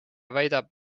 väidab